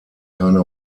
keine